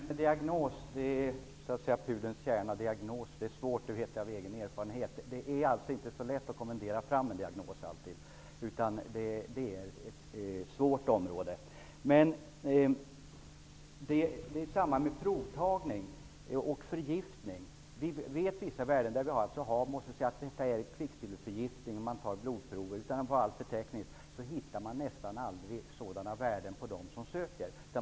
Herr talman! Detta med diagnos är pudelns kärna. Diagnos är svårt. Det vet jag av egen erfarenhet. Det är inte alltid så lätt att kommendera fram en diagnos. Det är ett svårt område. Det gäller också för provtagning och förgiftning. Vi vet vissa värden där vi måste säga att detta är kvicksilverförgiftning. Utan att bli alltför teknisk kan jag säga att när man tar blodprover hittar man nästan aldrig dessa värden på dem som söker.